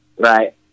Right